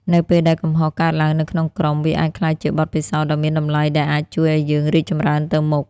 នៅពេលដែលកំហុសកើតឡើងនៅក្នុងក្រុម វាអាចក្លាយជាបទពិសោធន៍ដ៏មានតម្លៃដែលអាចជួយឲ្យយើងរីកចម្រើនទៅមុខ។